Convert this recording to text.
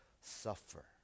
suffer